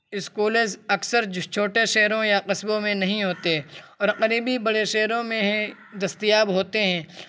schools اکثر جس چھوٹے شہروں یا قصبوں میں نہیں ہوتے اور قریبی بڑے شہروں میں ہی دستیاب ہوتے ہیں